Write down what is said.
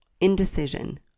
Indecision